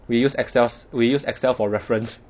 we use excel we use excel for reference